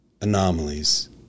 anomalies